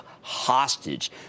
hostage